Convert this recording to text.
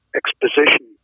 exposition